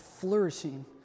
flourishing